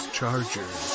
Chargers